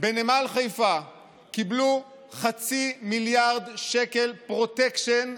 בנמל חיפה קיבלו חצי מיליארד שקל פרוטקשן,